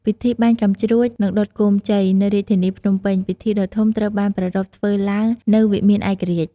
ពិធីបាញ់កាំជ្រួច និងដុតគោមជ័យ នៅរាជធានីភ្នំពេញ ពិធីដ៏ធំត្រូវបានប្រារព្ធធ្វើឡើងនៅវិមានឯករាជ្យ។